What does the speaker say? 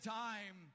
time